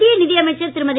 மத்திய நிதியமைச்சர் திருமதி